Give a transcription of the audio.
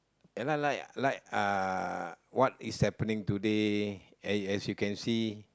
ya lah like like uh what is happening today as as you can see